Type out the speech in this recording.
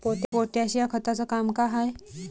Potash या खताचं काम का हाय?